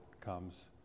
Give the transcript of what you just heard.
comes